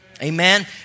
amen